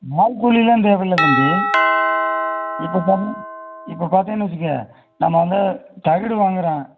ஆள் கூலியெலாம் தேவையில்ல தம்பி இப்போ பார்த்திங்க இப்போ பார்த்திங்கன்னு வைச்சுக்க நம்ம வந்து தகடு வாங்கிறோம்